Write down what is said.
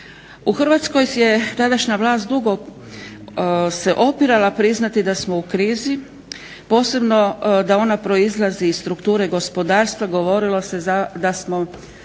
U Hrvatskoj je tadašnja vlast dugo se opirala priznati da smo u krizi posebno da ona proizlazi iz strukture gospodarstva, govorili se da smo